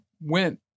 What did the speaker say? went